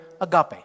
agape